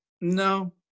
No